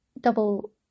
double